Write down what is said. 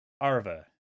Arva